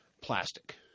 plastic